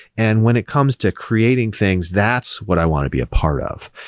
and when it comes to creating things, that's what i want to be a part of.